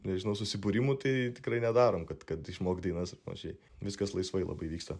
nežinau susibūrimų tai tikrai nedarom kad kad išmokt dainas ir panašiai viskas laisvai labai vyksta